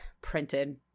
printed